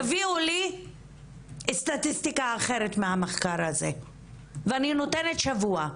תביאו לי סטטיסטיקה אחרת מהמחקר הזה ואני נותנת שבוע.